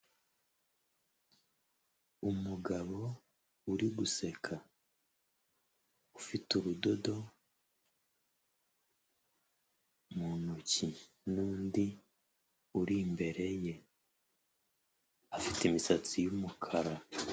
Umugabo uri guseka, ufite urudodo mu ntoki n'undi uri imbere ye, afite imisatsi y'umukara.